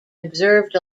observed